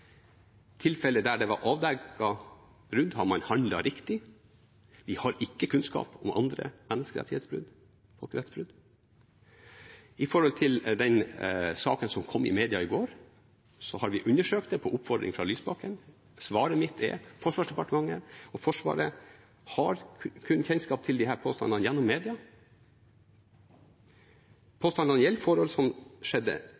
tilfellet der det ble avdekket brudd, har man handlet riktig. Vi har ikke kunnskap om andre menneskerettighetsbrudd eller folkerettsbrudd. Når det gjelder saken i media i går, har vi undersøkt det på oppfordring fra Lysbakken. Svaret mitt er: Forsvarsdepartementet og Forsvaret har kun kjennskap til disse påstandene gjennom media. Påstandene gjelder forhold som skjedde